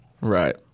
Right